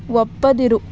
ಒಪ್ಪದಿರು